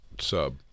sub